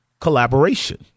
collaboration